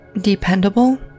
dependable